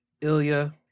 Ilya